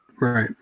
Right